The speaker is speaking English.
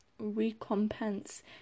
recompense